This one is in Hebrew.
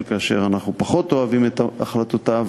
כאשר אנחנו פחות אוהבים את החלטותיה,